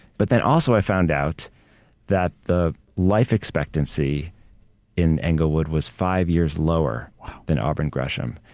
but then, also, i found out that the life expectancy in englewood was five years lower than auburn gresham,